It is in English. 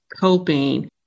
coping